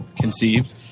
conceived